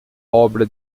obra